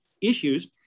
issues